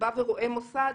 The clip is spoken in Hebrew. שבא ורואה מוסד,